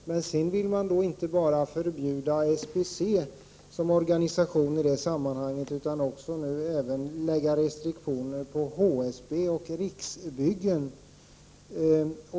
Å andra sidan vill man inte bara förbjuda SBC som organisation, utan även lägga restriktioner på HSB och Riksbyggen.